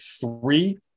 three